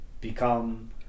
become